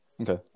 Okay